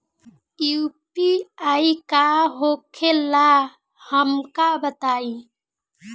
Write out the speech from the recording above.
UPI का होखेला हमका बताई?